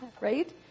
right